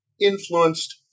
influenced